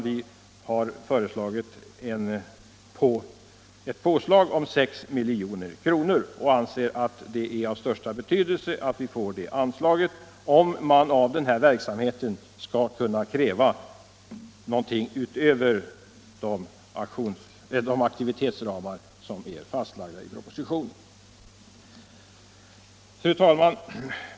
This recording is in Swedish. Vi har föreslagit ett påslag på ytterligare 6 milj.kr. Vi anser det vara av största betydelse att få det påslaget om man av den här verksamheten skall kunna kräva någonting utöver de aktivitetsramar som är fastlagda i propositionen. Fru talman!